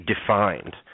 defined